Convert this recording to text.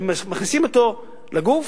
ומכניסים אותו לגוף.